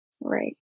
Right